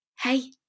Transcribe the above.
hey